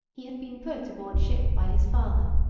he had been put aboard-ship by his father,